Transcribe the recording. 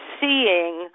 seeing